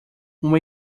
uma